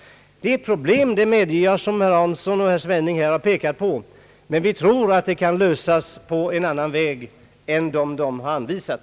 Det är ett problem, det medger jag, som herr Hansson och herr Svenning här har pekat på, men vi tror att det kan lösas på en annan väg än den som de har anvisat.